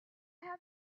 have